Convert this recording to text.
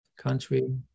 country